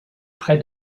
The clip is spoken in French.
près